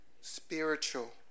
Spiritual